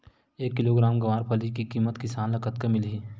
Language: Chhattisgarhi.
एक किलोग्राम गवारफली के किमत किसान ल कतका मिलही?